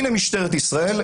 משטרת ישראל,